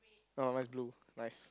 oh mine is blue nice